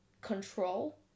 control